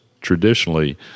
traditionally